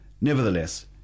Nevertheless